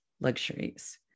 luxuries